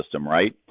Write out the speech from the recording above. right